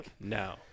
no